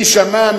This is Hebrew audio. מי שמע?